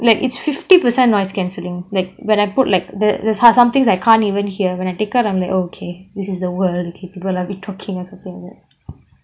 like it's fifty percent noise cancelling like when I put like the there's somethings I can't even hear when I take out I'm like oh okay this is the world okay people are a bit talking or something